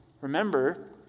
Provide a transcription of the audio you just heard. Remember